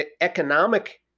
economic